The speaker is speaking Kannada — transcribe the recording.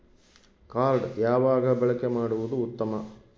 ಕಾರ್ಡ್ ಯಾವಾಗ ಬಳಕೆ ಮಾಡುವುದು ಉತ್ತಮ?